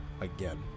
Again